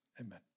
amen